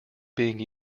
being